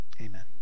Amen